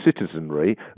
citizenry